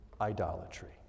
idolatry